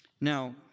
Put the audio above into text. Now